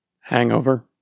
Hangover